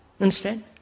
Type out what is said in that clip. understand